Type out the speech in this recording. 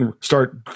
start